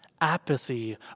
Apathy